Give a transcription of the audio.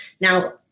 Now